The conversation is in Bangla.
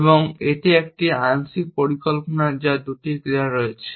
এবং এটি একটি আংশিক পরিকল্পনা যার দুটি ক্রিয়া রয়েছে